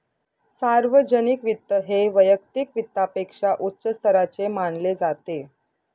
सार्वजनिक वित्त हे वैयक्तिक वित्तापेक्षा उच्च स्तराचे मानले जाते